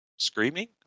Screaming